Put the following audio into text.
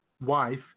wife